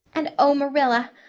and oh, marilla,